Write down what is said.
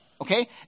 okay